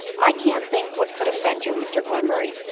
i can't think what could offend you, mr glenmurray,